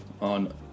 on